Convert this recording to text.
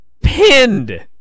pinned